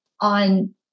on